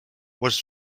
was